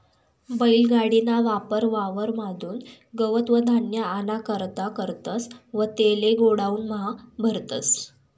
बैल गाडी ना वापर वावर म्हादुन गवत व धान्य आना करता करतस व तेले गोडाऊन म्हा भरतस